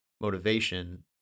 motivation